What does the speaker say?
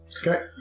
Okay